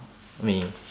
me